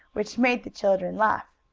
which made the children laugh.